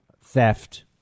theft